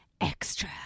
extra